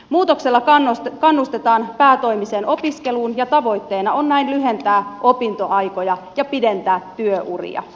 muutoksella kannustetaan päätoimiseen opiskeluun ja tavoitteena on näin lyhentää opintoaikoja ja pidentää työuria